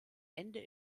ende